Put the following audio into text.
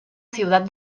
ciudad